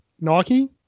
Nike